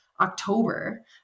October